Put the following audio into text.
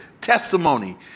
testimony